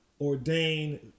ordain